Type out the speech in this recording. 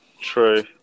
True